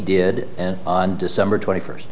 did and on december twenty first